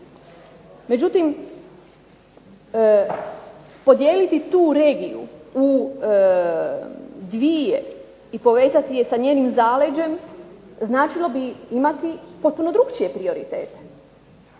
međutim, podijeliti tu regiju u dvije i povezati je sa njenim zaleđem značilo bi imati potpuno drukčije prioritete.